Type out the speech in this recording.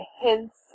hints